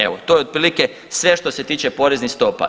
Evo to je otprilike sve što se tiče poreznih stopa.